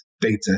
data